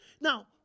Now